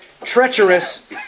treacherous